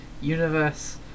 Universe